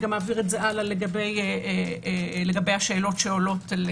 אעביר את זה הלאה לגבי השאלות שעולות על